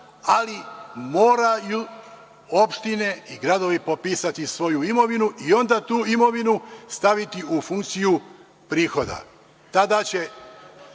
ali moraju opštine i gradovi popisati svoju imovinu i onda tu imovinu staviti u funkciju prihoda. Tada će